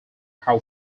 how